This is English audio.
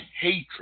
hatred